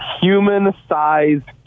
human-sized